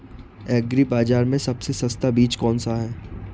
Agree बाज़ार में सबसे सस्ता बीज कौनसा है?